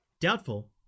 Doubtful